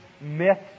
myths